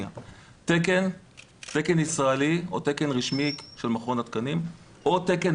'תקן ישראלי או תקן רשמי של מכון התקנים או תקן